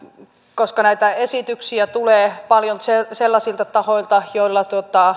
koska näitä esityksiä tulee paljon sellaisilta tahoilta joilla